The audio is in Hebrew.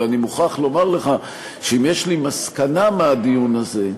אבל אני מוכרח לומר לך שאם יש לי מסקנה מהדיון הזה,